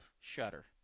shutter